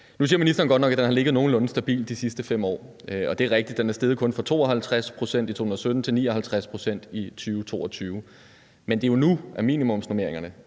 præcisering. Ministeren siger, at det har ligget nogenlunde stabilt i sidste 5 år, og det er rigtigt, at det kun er steget fra 52 pct. i 2017 til 59 pct. i 2022. Men det er jo nu, at minimumsnormeringerne